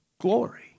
Glory